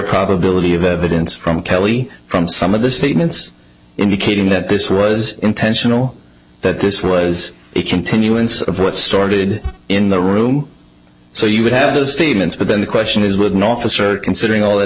probability of evidence from kelly from some of the statements indicating that this was intentional that this was a continuance of what started in the room so you would have those statements but then the question is would an officer considering all that